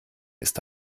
ist